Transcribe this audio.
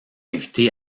invitée